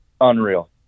Unreal